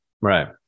Right